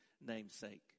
namesake